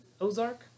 Ozark